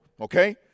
okay